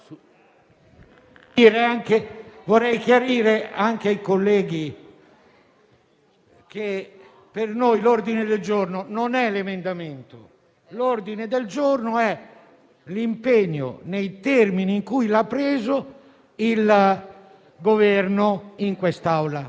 vorrei chiarire ai colleghi che per noi l'ordine del giorno non è l'emendamento. L'ordine del giorno è l'impegno nei termini in cui l'ha preso il Governo in quest'Aula.